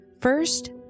First